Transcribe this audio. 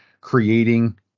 creating